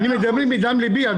מדם ליבי אני מדבר.